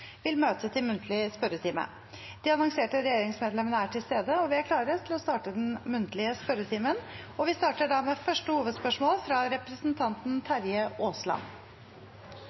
vil møte til muntlig spørretime. De annonserte regjeringsmedlemmene er til stede, og vi er klare til å starte den muntlige spørretimen. Vi starter med første hovedspørsmål, fra representanten Terje Aasland.